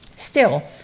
still,